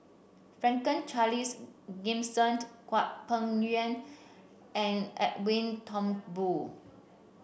Franklin Charles Gimson Hwang Peng Yuan and Edwin Thumboo